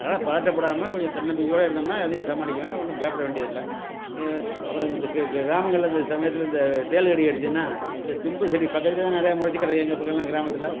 அதனாலே பதட்டப்படாமல் கொஞ்சம் தன்னம்பிக்கையோட இருந்தோம்னா எதையும் சமாளிக்கலாம் ஒன்றும் பயப்பட வேண்டியதில்லை அப்புறம் இந்த கிராமங்களில் இந்த சமயத்தில் இந்த தேள் கடி கடிச்சுதுன்னா இந்த தும்பை செடி பக்கத்தில் தான் நிறையா மொளச்சு கிடக்கு எங்கள் பக்கமெலாம் கிராமத்தில்